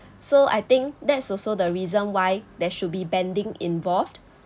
so I think that's also the reason why there should be bending involved